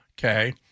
okay